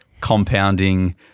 compounding